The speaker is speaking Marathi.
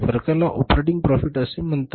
फरकाला ऑपरेटिंग प्रॉफिट असे म्हणतात